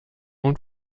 und